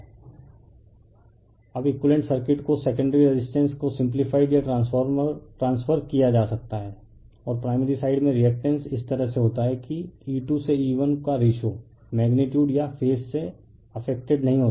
refer slide time 2318 अब equivalent circuit को secondary resistance को सिम्पलीफाइड या ट्रान्सफर किया जा सकता है और प्राइमरी साइड में रिएक्टेंस इस तरह से होता है कि E2 से E1 का रेशो मेगनीटयूड या फेज से इफेक्टेड नहीं होता है